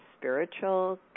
spiritual